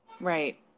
Right